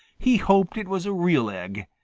he hoped it was a real egg,